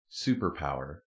superpower